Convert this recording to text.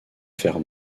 faire